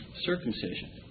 circumcision